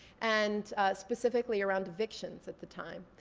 and specifically around evictions at the time.